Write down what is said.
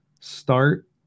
start